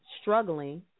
struggling